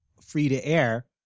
free-to-air